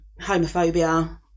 homophobia